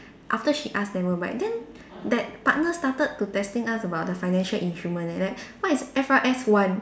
after she ask never mind then that partner started to testing us about the financial instruments eh like what is F_R_S one